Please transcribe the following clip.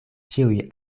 ĉiuj